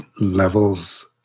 levels